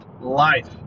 Life